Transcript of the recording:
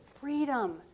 freedom